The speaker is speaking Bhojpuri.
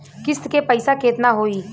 किस्त के पईसा केतना होई?